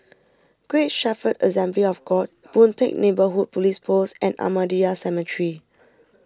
Great Shepherd Assembly of God Boon Teck Neighbourhood Police Post and Ahmadiyya Cemetery